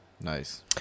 Nice